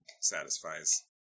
satisfies